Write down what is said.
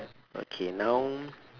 okay now